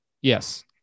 Yes